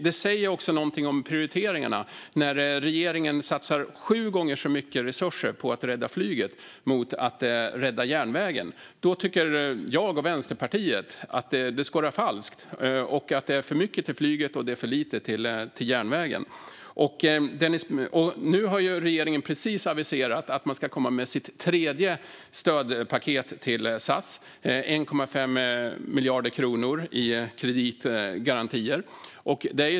Det säger också någonting om prioriteringarna när regeringen satsar sju gånger så mycket resurser på att rädda flyget som på att rädda järnvägen. Då tycker jag och Vänsterpartiet att det skorrar falskt och att det är för mycket till flyget och för lite till järnvägen. Nu har regeringen just aviserat att man ska komma med sitt tredje stödpaket till SAS på 1,5 miljarder kronor i kreditgarantier.